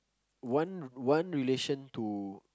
one one relation to